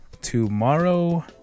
tomorrow